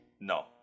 No